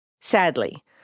Sadly